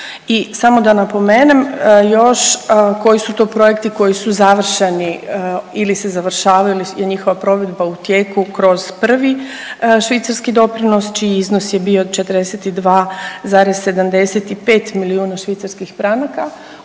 samo da napomenem još koji su to projekti koji su završeni ili se završavaju ili je njihova provedba u tijeku kroz Prvi švicarski doprinos čiji iznos je bio 42,75 milijuna švicarskih franaka